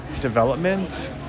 development